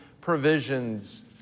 provisions